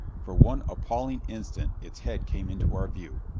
for one appalling instant its head came into our view.